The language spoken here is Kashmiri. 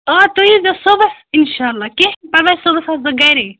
آ تُہۍ یِیٖزیٚو صُبحس اِنشاءاللہ کیٚنٛہہ چھُنہٕ پرواے صُبحس آسہٕ بہٕ گَرے